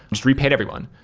repaid everyone.